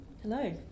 Hello